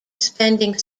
spending